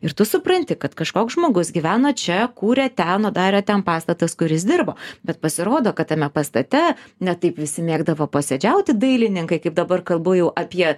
ir tu supranti kad kažkoks žmogus gyveno čia kūrė ten o dar yra ten pastatas kur jis dirbo bet pasirodo kad tame pastate ne taip visi mėgdavo posėdžiauti dailininkai kaip dabar kalbu jau apie